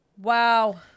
Wow